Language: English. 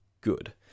good